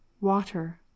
water